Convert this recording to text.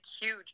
huge